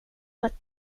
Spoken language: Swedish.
ett